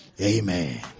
Amen